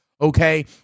okay